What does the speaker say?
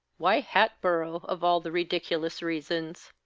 why hatboro', of all the ridiculous reasons?